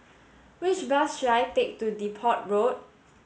which bus should I take to Depot Road